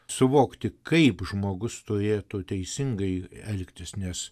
suvokti kaip žmogus turėtų teisingai elgtis nes